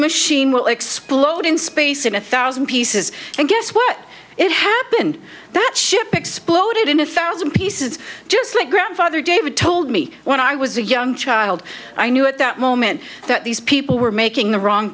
machine will explode in space in a thousand pieces and guess what it happened that ship exploded in a thousand pieces just like grandfather david told me when i was a young child i knew at that moment that these people were making the wrong